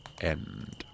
end